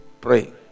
pray